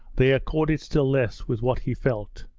they accorded still less with what he felt,